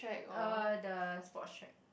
uh the sports track